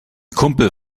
kumpel